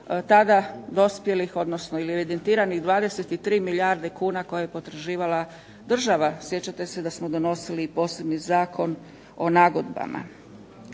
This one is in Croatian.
tada dospjelih, odnosno ili evidentiranih 23 milijarde kuna koje je potraživala država. Sjećate se da smo donosili i posebni Zakon o nagodbama.